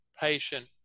patient